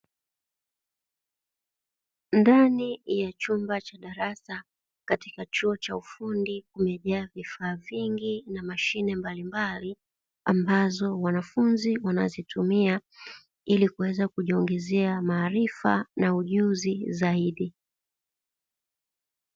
Ndani ya chumba cha darasa katika chuo cha ufundi, kumejaa vifaa vingi na mashine mbalimbali ambazo wanafunzi wanazitumia, ili kuweza kujiongezea maarifa na ujuzi zaidi.